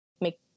make